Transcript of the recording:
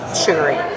sugary